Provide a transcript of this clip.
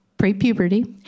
pre-puberty